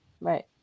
right